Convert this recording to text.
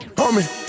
homie